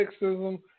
sexism